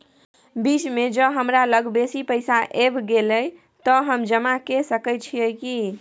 बीच म ज हमरा लग बेसी पैसा ऐब गेले त हम जमा के सके छिए की?